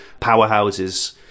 powerhouses